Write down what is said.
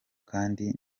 kandi